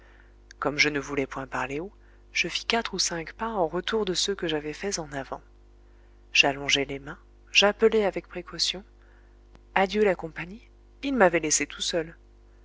comme je ne voulais point parler haut je fis quatre ou cinq pas en retour de ceux que j'avais faits en avant j'allongeai les mains j'appelai avec précaution adieu la compagnie ils m'avaient laissé tout seul